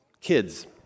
kids